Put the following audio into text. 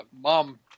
mom